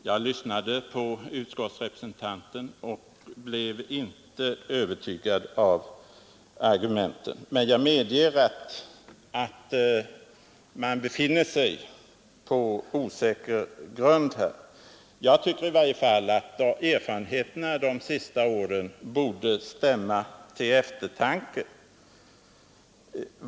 Jag lyssnade på utskottets representant och blev inte övertygad av argumenten. Men jag medger att man befinner sig på osäker grund. Jag tycker i varje fall att erfarenheterna de senaste åren borde stämma till eftertanke.